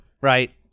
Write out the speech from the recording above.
Right